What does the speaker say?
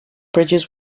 bridges